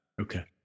Okay